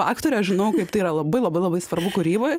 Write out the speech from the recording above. aktorė aš žinau kaip tai yra labai labai labai svarbu kūryboj